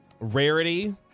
Rarity